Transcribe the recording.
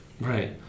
Right